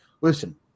listen